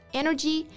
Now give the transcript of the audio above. energy